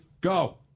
Go